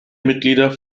mitglieder